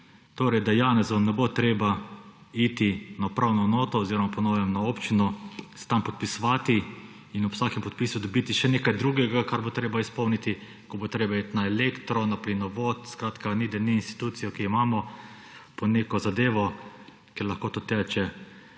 Torej, da Janezom ne bo treba iti na upravno enoto oziroma po novem na občino, se tam podpisovati in ob vsakem podpisu dobiti še nekaj drugega, kar bo treba izpolniti, ko bo treba iti na Elektro, na plinovod, skratka ni da ni institucijo, ki jo imamo, po neko zadevo, ker lahko to teče